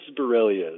Borrelia